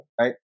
right